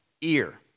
ear